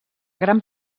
gran